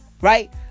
Right